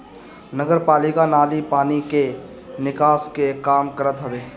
नगरपालिका नाली पानी कअ निकास के काम करत हवे